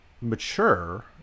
mature